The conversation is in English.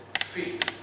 feet